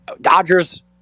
Dodgers